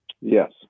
Yes